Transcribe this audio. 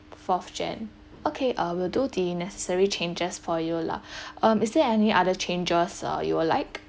fourth jan okay uh we'll do the necessary changes for you lah um is there any other changes uh you will like